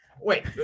Wait